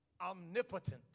Omnipotent